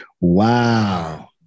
Wow